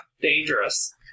dangerous